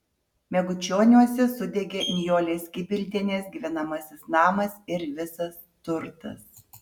megučioniuose sudegė nijolės kibildienės gyvenamasis namas ir visas turtas